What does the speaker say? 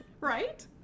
Right